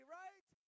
right